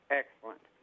excellent